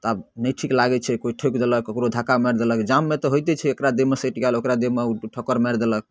तऽ आब नहि ठीक लागै छै कोइ ठोकि देलक ककरो धक्का मारि देलक जाममे तऽ होइते छै एकरा देहमे सटि गेल ओकरा देहमे उ ठोकर मारि देलक